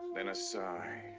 then a sigh,